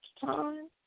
time